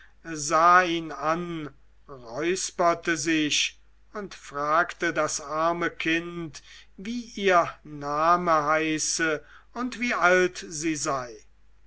ihn an räusperte sich und fragte das arme kind wie ihr name heiße und wie alt sie sei